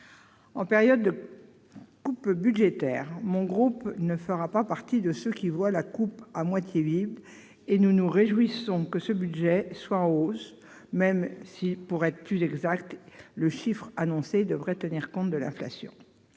En période de coupes budgétaires, le groupe Les Républicains ne fera pas partie de ceux qui voient la coupe à moitié vide, et nous nous réjouissons que ce budget soit en hausse même si, pour être plus exacts, le chiffre annoncé devrait tenir compte de l'inflation.